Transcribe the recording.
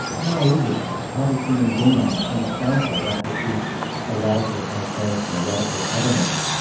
how is it, how do human beings encounter that which is a radical alterity, a radical otherness.